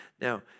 Now